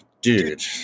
dude